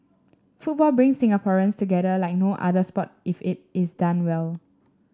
football brings Singaporeans together like no other sport if it is done well